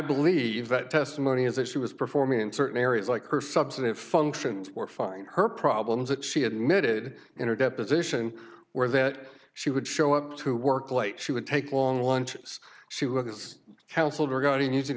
believe that testimony is that she was performing in certain areas like her subsequent functions were fine her problems that she admitted in her deposition were that she would show up to work late she would take long lunches she was counseled regarding using